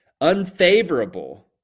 Unfavorable